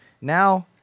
Now